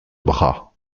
bras